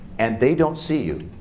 and they don't see you.